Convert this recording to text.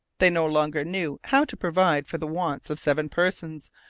they no longer knew how to provide for the wants of seven persons,